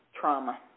trauma